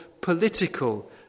political